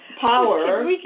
power